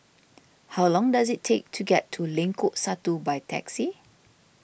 how long does it take to get to Lengkok Satu by taxi